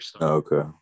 okay